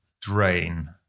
drain